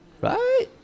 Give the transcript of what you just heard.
right